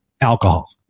Alcohol